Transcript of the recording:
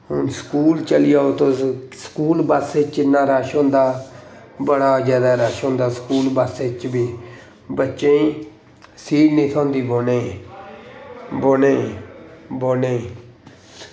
हून स्कूल चली जाओ तुस स्कूल बस च इन्ना रश होंदा बड़ा जैदा रश होंदा स्कूल बस च बी बच्चें गी सीट नेईं थ्होंदी बौह्ने गी बौह्ने